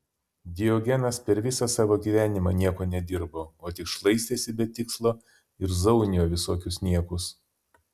diogenas per visą savo gyvenimą nieko nedirbo o tik šlaistėsi be tikslo ir zaunijo visokius niekus